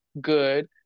good